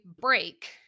break